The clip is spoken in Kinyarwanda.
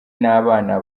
n’abana